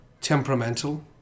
temperamental